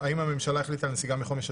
האם הממשלה החליטה על נסיגה מחומש?